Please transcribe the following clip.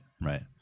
right